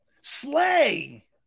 Slay